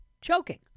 choking